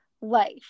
life